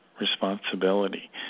responsibility